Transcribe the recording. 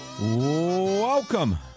Welcome